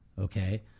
Okay